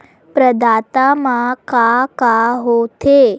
प्रदाता मा का का हो थे?